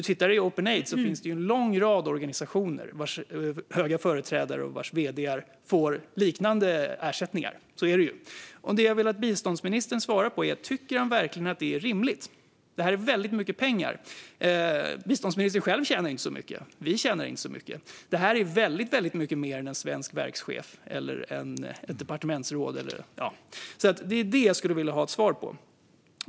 Enligt Openaid finns det en lång rad organisationer vars höga företrädare och vd:ar får liknande ersättningar. Det jag vill att biståndsministern svarar på är: Tycker han verkligen att det är rimligt? Det här är väldigt mycket pengar. Biståndsministern själv tjänar inte så mycket. Vi tjänar inte så mycket. Detta är väldigt mycket mer än vad en svensk verkschef eller ett svenskt departementsråd tjänar. Detta skulle jag vilja ha svar på.